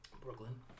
Brooklyn